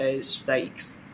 stakes